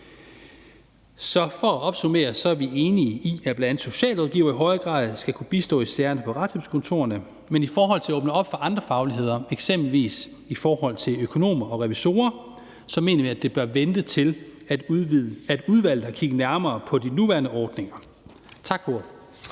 Så for at opsummere er vi enige i, at bl.a. socialrådgivere i højere grad skal kunne bistå i sagerne på retshjælpskontorerne, men i forhold til at åbne op for andre fagligheder, eksempelvis i forhold til økonomer og revisorer, så mener vi, at det bør vente til, at udvalget har kigget nærmere på de nuværende ordninger. Tak for